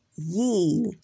Ye